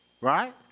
Right